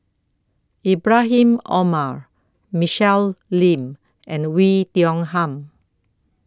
Ibrahim Omar Michelle Lim and Oei Tiong Ham